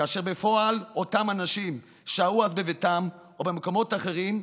כאשר בפועל אותם אנשים שהו אז בביתם או במקומות אחרים,